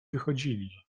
wychodzili